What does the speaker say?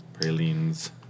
Pralines